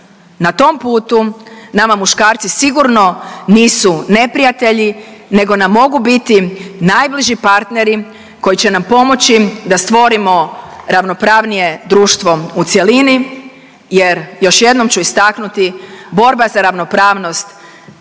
Na tom putu nama muškarci sigurno nisu neprijatelji, nego nam mogu biti najbliži partneri koji će nam pomoći da stvorimo ravnopravnije društvo u cjelini jer još jednom ću istaknuti, borba za ravnopravnost